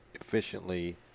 efficiently